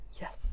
Yes